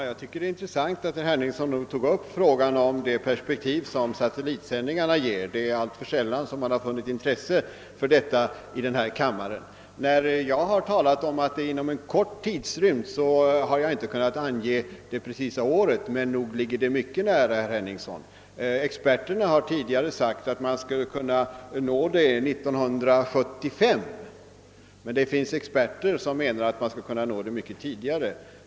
Herr talman! Det är intressant att herr Henningsson tog upp frågan om det perspektiv som satellitsändningarna ger — alltför sällan har man funnit något intresse härför i denna kammare. När jag sade att dessa sändningar kommer inom en kort tidrymd menade jag att jag inte kunde ange det exakta året, men nog ligger detta mycket nära, herr Henningsson. En del experter har tidigare sagt att sådana sändningar kan bli möjliga 1975, men andra anser att de kan komma tidigare.